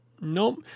Nope